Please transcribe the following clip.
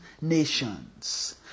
nations